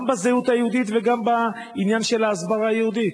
גם בזהות היהודית וגם בעניין של ההסברה היהודית.